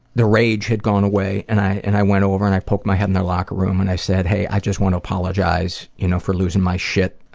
the rage had gone away. and i and i went over and i poked my head in their locker room and i said, hey, i just want to apologize you know for losing my shit.